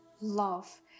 love